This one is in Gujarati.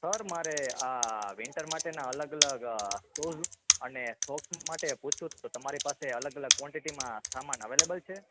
સર મારે આ વિન્ટર માટેના અલગ અલગ શુઝ અને શોપિંગ માટે પૂછવું તું તમારી પાસે અલગ અલગ કોન્ટેટીમાં સમાન અવેલેબલ છે